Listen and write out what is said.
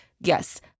yes